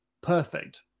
perfect